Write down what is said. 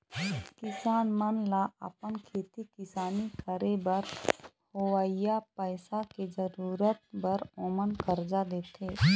किसान मन ल अपन खेती किसानी करे बर होवइया पइसा के जरुरत बर ओमन करजा देथे